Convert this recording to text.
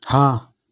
ہاں